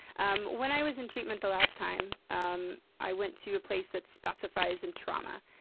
um when i was in treatment the last time, um i went to a place that specifies in trauma.